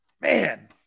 Man